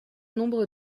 nombre